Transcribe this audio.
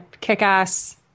kick-ass